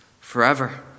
forever